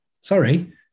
sorry